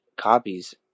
copies